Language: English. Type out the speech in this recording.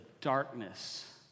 darkness